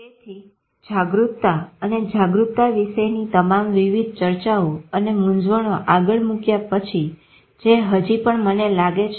તેથી જાગૃતતા અને જાગૃતતા વિશેની તમામ વિવિધ ચર્ચાઓ અને મૂંઝવણો આગળ મુક્યા પછી જે હજી પણ મને લાગે છે